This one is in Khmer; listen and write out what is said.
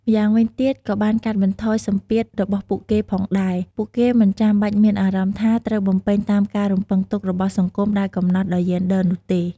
យ៉ាងវិញទៀតក៏បានកាត់បន្ថយសម្ពាធរបស់ពួកគេផងដែរ ពួកគេមិនចាំបាច់មានអារម្មណ៍ថាត្រូវបំពេញតាមការរំពឹងទុករបស់សង្គមដែលកំណត់ដោយយេនឌ័រនោះទេ។